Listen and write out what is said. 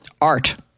art